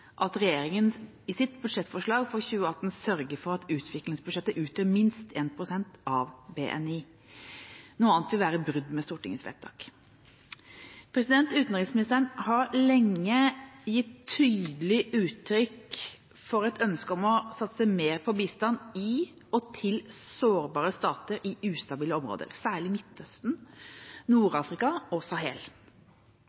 at regjeringa i sitt budsjettforslag for 2018 sørger for at utviklingsbudsjettet utgjør minst 1 pst. av BNI. Noe annet vil være brudd med Stortingets vedtak. Utenriksministeren har lenge gitt tydelig uttrykk for et ønske om å satse mer på bistand i og til sårbare stater i ustabile områder, særlig Midtøsten,